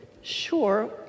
sure